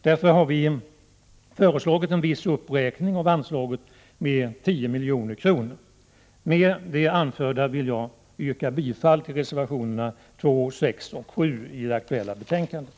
Därför har vi föreslagit en uppräkning av anslaget med 10 milj.kr. Med det anförda vill jag yrka bifall till reservationerna 2, 6 och 7 i det aktuella betänkandet.